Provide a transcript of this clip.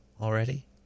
Already